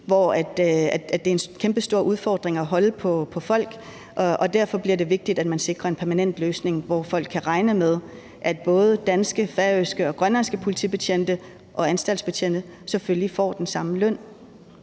hvor det er en kæmpestor udfordring at holde på folk, og derfor bliver det vigtigt, at man sikrer en permanent løsning, hvor folk kan regne med, at både danske, færøske og grønlandske politibetjente og anstaltsbetjente selvfølgelig får den samme løn.